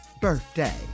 birthday